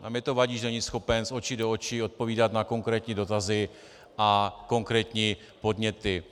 A mně to vadí, že není schopen z očí do očí odpovídat na konkrétní dotazy a konkrétní podněty.